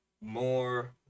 more